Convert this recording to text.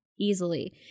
easily